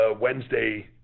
Wednesday